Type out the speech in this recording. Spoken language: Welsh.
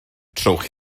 trowch